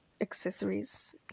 accessories